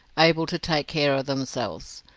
able to take care of themselves.